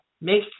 make